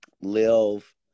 live